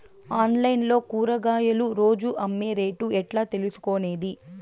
Online లో కూరగాయలు రోజు అమ్మే రేటు ఎట్లా తెలుసుకొనేది?